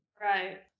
Right